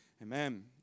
Amen